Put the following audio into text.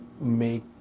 make